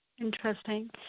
Interesting